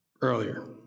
earlier